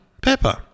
Pepper